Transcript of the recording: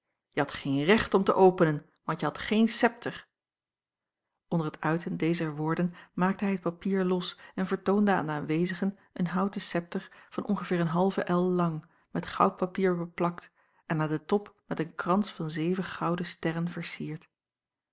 je hadt geen recht om te openen want je hadt geen septer onder het uiten dezer woorden maakte hij het papier los en vertoonde aan de aanwezigen een houten septer van ongeveer een halve el lang met goudpapier beplakt en aan den top met een krans van zeven gouden sterren vercierd